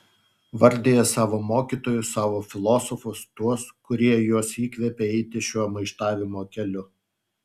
vardija savo mokytojus savo filosofus tuos kurie juos įkvėpė eiti šiuo maištavimo keliu